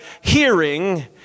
hearing